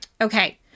Okay